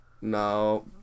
No